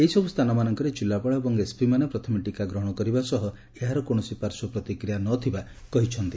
ଏହିସବୁ ସ୍ଥାନମାନଙ୍କରେ ଜିଲ୍ଲାପାଳ ଏବଂ ଏସ୍ପିମାନେ ପ୍ରଥମେ ଟିକା ଗ୍ରହଶ କରିବା ସହ ଏହାର କୌଣସି ପାର୍ଶ୍ୱ ପ୍ରତିକ୍ରିୟା ନ ଥିବା କହିଛନ୍ତି